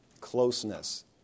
closeness